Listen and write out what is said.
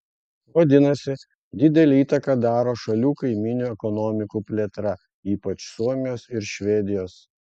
vadinasi didelę įtaką daro šalių kaimynių ekonomikų plėtra ypač suomijos ir švedijos